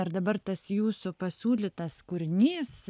ar dabar tas jūsų pasiūlytas kūrinys